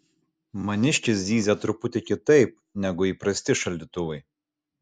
maniškis zyzia truputį kitaip negu įprasti šaldytuvai